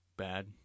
bad